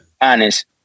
honest